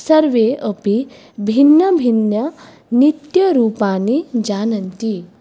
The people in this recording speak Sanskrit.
सर्वे अपि भिन्नभिन्न नृत्यरूपाणि जानन्ति